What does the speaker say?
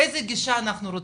איזה גישה אנחנו רוצים?